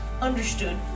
Understood